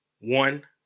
One